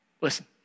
Listen